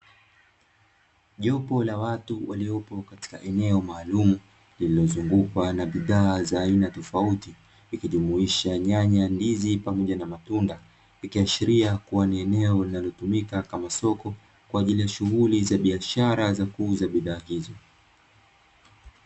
Jopo la watu waliopo katika eneo maalumu lililozungukwa na bidhaa za aina tofauti, ikijumuisha: nyanya, ndizi pamoja na matunda. Ikiashiria kuwa ni eneo linalotumika kama soko kwa ajili ya shughuli za biashara za kuuza bidhaa hizo.